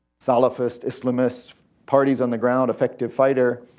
salafist, islamist parties on the ground, effective fighter,